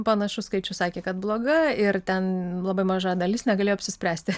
panašus skaičius sakė kad bloga ir ten labai maža dalis negalėjo apsispręsti